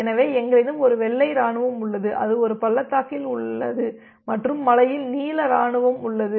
எனவே எங்களிடம் ஒரு வெள்ளை இராணுவம் உள்ளது அது ஒரு பள்ளத்தாக்கில் உள்ளது மற்றும் மலையில் நீல இராணுவம் உள்ளது